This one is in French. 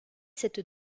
cette